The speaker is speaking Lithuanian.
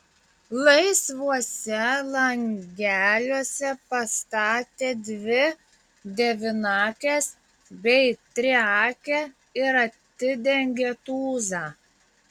laisvuose langeliuose pastatė dvi devynakes bei triakę ir atidengė tūzą